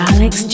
Alex